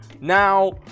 Now